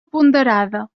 ponderada